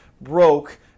broke